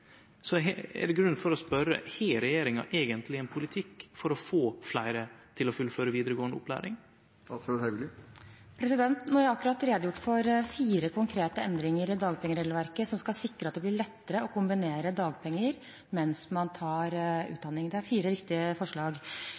er det grunn til å spørje: Har regjeringa eigentleg ein politikk for å få fleire til å fullføre vidaregåande opplæring? Nå har jeg akkurat redegjort for fire konkrete endringer i dagpengeregelverket som skal sikre at det blir lettere å kombinere jobb med utdanning mens man går på dagpenger. Det er fire viktige forslag.